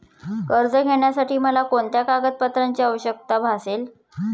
कर्ज घेण्यासाठी मला कोणत्या कागदपत्रांची आवश्यकता भासेल?